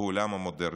בעולם המודרני.